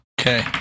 Okay